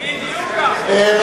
בדיוק כך.